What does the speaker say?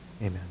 Amen